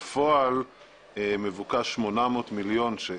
בפועל מבוקשים 800 מיליון שקלים.